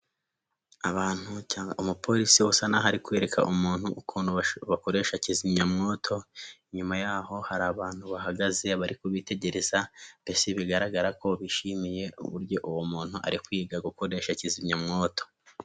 Abantu cyangwa umupolisi usa n'aho ari kwereka umuntu uko bakoresha kizimyamwoto, inyuma y'aho hari abantu bahagaze bari kubitegereza mbese bigaragara ko bishimiye uburyo uwo muntu ari kwiga gukoresha kizimyamwoto.